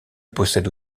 possède